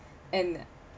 and